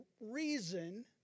reason